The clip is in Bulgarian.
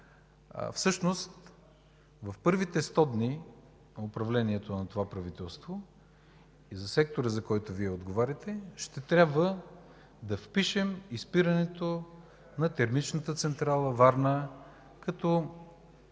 Всъщност в първите сто дни на управлението на това правителство за сектора, за който Вие отговаряте, ще трябва да впишем и спирането на термичната централа „Варна” като